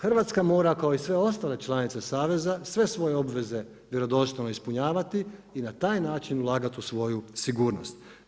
Hrvatska mora kao i sve ostale članice saveza, sve svoje obveze vjerodostojno ispunjavati i na taj način ulagati u svoju sigurnost.